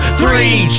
three